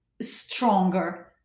stronger